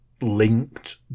linked